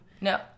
No